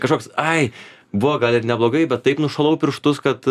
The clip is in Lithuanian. kažkoks ai buvo gal ir neblogai bet taip nušalau pirštus kad